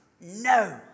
no